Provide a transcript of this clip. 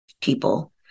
people